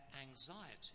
anxiety